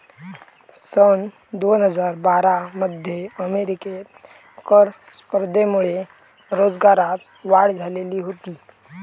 सन दोन हजार बारा मध्ये अमेरिकेत कर स्पर्धेमुळे रोजगारात वाढ झालेली होती